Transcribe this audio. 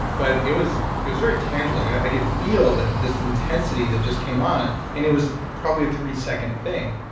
but it was it was very tangible. i could feel that this intensity that just came on and it was probably a three second thing.